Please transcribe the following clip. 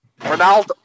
Ronaldo